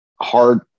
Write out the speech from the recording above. hard